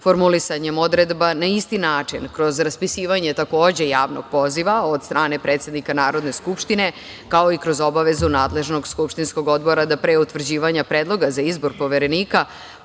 formulisanjem odredba na isti način kroz raspisivanje takođe javnog poziva od strane predsednika Narodne skupštine, kao i kroz obavezu nadležnog skupštinskog odbora da pre utvrđivanja predloga za izbor Poverenika